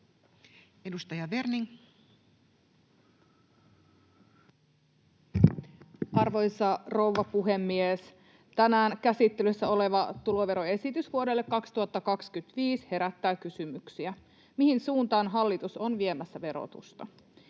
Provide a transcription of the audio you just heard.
Content: Arvoisa rouva puhemies! Tänään käsittelyssä oleva tuloveroesitys vuodelle 2025 herättää kysymyksiä siitä, mihin suuntaan hallitus on viemässä verotusta.